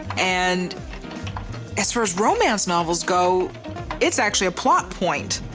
and as far as romance novels go it's actually a plot point.